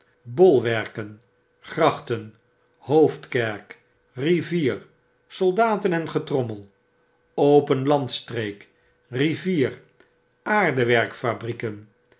bolwerken grachten hoofdkerk rivier soldaten en getrommel open landstreek rivier aardewerkfabrieken